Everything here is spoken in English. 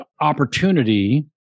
opportunity